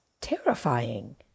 terrifying